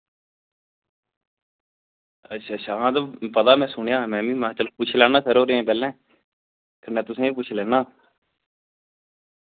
अच्छा अच्छा हां ते पता में सुनेआ हा में बी महां चलो पुच्छी लैन्ना सर होरें गी पैह्ले फ्ही में तुसेंगी पुच्छी लैन्ना